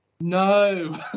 No